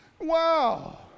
wow